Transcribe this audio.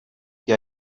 que